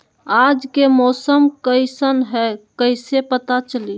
आज के मौसम कईसन हैं कईसे पता चली?